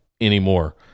anymore